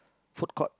food court